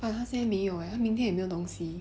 but 他现在没有 eh 他明天也没有东西